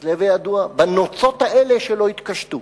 אז להווי ידוע, בנוצות האלה שלא יתקשטו.